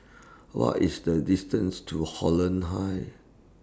What IS The distance to Holland Heights